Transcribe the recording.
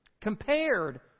compared